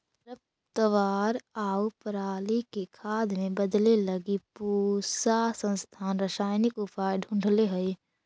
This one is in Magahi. खरपतवार आउ पराली के खाद में बदले लगी पूसा संस्थान रसायनिक उपाय ढूँढ़ले हइ